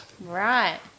right